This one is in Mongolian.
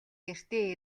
гэртээ